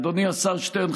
אדוני השר שטרן,